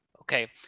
Okay